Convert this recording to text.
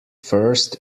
first